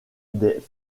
des